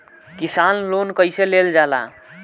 किसान लोन कईसे लेल जाला?